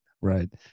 right